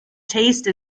taste